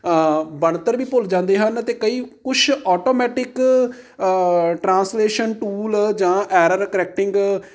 ਬਣਤਰ ਵੀ ਭੁੱਲ ਜਾਂਦੇ ਹਨ ਅਤੇ ਕਈ ਕੁਛ ਔਟੋਮੈਟਿਕ ਟ੍ਰਾਂਸਲੇਸ਼ਨ ਟੂਲ ਜਾਂ ਐਰਰ ਕਰੈਕਟਿੰਗ